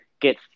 get